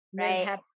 right